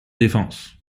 défense